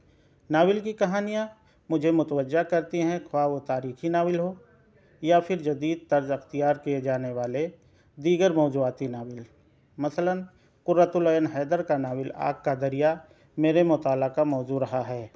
novel کی کہانیاں مجھے متوجہ کرتی ہیں خواہ وہ تاریخی ناول ہو یا پھر جدید طرز اختیار کیے جانے والے دیگر موضوعاتی ناول مثلاً قرۃ العین حیدر کا ناول آگ کا دریا میرے مطالعہ کا موضوع رہا ہے